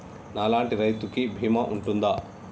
నా లాంటి రైతు కి బీమా ఉంటుందా?